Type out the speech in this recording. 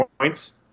points